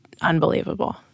unbelievable